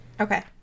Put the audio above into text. Okay